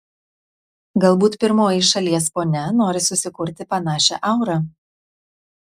galbūt pirmoji šalies ponia nori susikurti panašią aurą